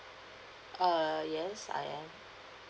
err yes I am